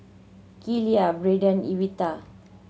Keila Brenden Evita